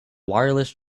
wireless